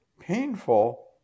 painful